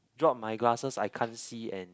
drop my glasses I can't see and